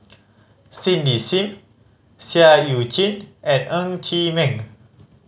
Cindy Sim Seah Eu Chin and Ng Chee Meng